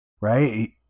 right